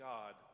God